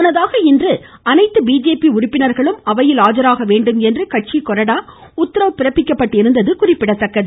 முன்னதாக இன்று அனைத்து பிஜேபி உறுப்பினர்களும் அவையில் ஆஜராக வேண்டும் என்று கட்சி கொறடா உத்தரவு பிறப்பிக்கப்பட்டிருந்தது குறிப்பிடத்தக்கது